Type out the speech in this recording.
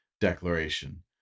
declaration